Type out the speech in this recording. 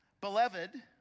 Beloved